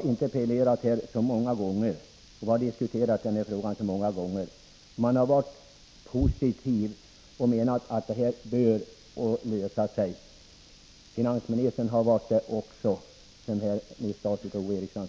interpellerat om och diskuterat den här frågan många gånger, och jagtror jag vågar säga att alla har varit positivt inställda och menat att den bör lösas. Finansministern har också varit positiv, som framgår av svaret och som Ove Eriksson nyss sade.